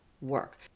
work